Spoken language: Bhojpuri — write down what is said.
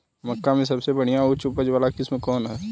मक्का में सबसे बढ़िया उच्च उपज वाला किस्म कौन ह?